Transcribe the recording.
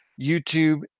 YouTube